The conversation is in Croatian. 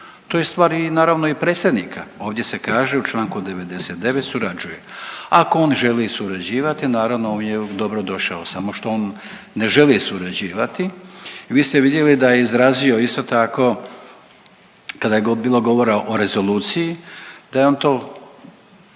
To je stvar naravno i predsjednika, ovdje se kaže u Članku 99. surađuje, ako on želi surađivati naravno on je dobrodošao samo što on ne želi surađivati. Vi ste vidjeli da je izrazio isto tako kada je bilo govora o rezoluciji da je on to